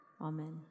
Amen